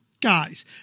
guys